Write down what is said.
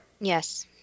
Yes